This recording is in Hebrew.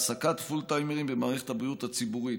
העסקת פול טיימרים במערכת הבריאות הציבורית,